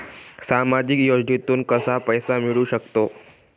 सामाजिक योजनेतून कसा पैसा मिळू सकतो?